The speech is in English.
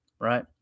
right